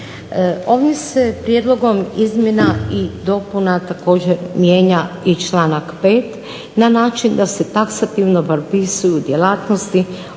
Ovim se prijedlogom izmjena i dopuna također mijenja i članak 5. na način da se taksativno propisuju djelatnosti,